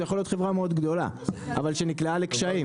זה יכול להיות חברה מאוד גדולה אבל שנקלעה לקשיים,